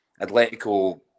Atletico